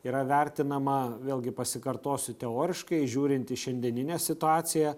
yra vertinama vėlgi pasikartosiu teoriškai žiūrint į šiandieninę situaciją